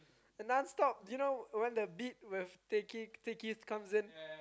non stop you know when the beat with ticket tickets comes in